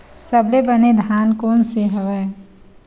सबले बने धान कोन से हवय?